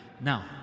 Now